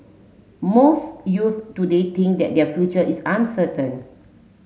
most youths today think that their future is uncertain